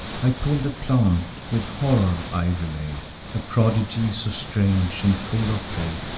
i pull'd a plant with horror i relate a prodigy so strange and full of fate.